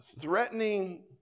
threatening